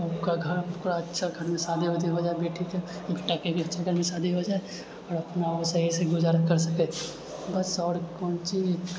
आब कखन शादी उदी हो जाए बेटीके ताकि अच्छा घरमे शादी हो जाए आओर अपना सही से गुजारा कर सकए बस आओर कोन चीज